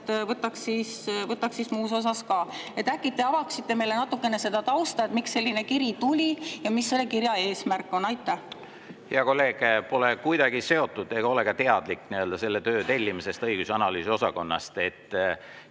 Võtaks siis muus osas ka. Äkki te avaksite meile natukene seda tausta, miks selline kiri tuli ja mis selle kirja eesmärk on. Hea kolleeg! Ma pole kuidagi [sellega] seotud ega ole ka teadlik selle töö tellimisest õigus- ja analüüsiosakonnast.